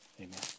Amen